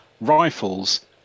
rifles